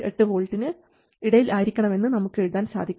8 വോൾട്ടിന് ഇടയിൽ ആയിരിക്കണമെന്ന് നമുക്ക് എഴുതാൻ സാധിക്കും